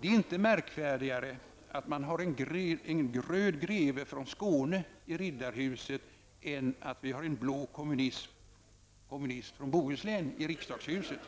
Det är inte märkvärdigare att man har en röd greve från Skåne i riddarhuset än att vi har en blå kommunist från Bohuslän i riksdagshuset.